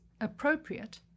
appropriate